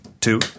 two